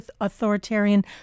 authoritarian